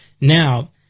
Now